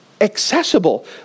accessible